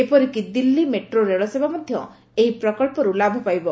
ଏପରିକି ଦିଲ୍ଲୀ ମେଟ୍ରୋ ରେଳସେବା ମଧ୍ୟ ଏହି ପ୍ରକଳ୍ପରୁ ଲାଭ ପାଇବ